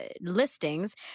listings